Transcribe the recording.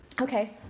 Okay